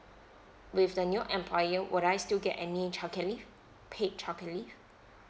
with the new employer will I still get any childcare leave paid childcare leave